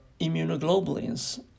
immunoglobulins